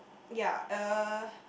ya uh